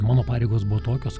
mano pareigos buvo tokios